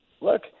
look